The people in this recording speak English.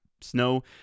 Snow